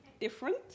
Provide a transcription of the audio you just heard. different